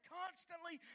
constantly